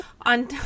on